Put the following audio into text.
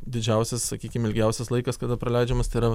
didžiausias sakykim ilgiausias laikas kada praleidžiamas tai yra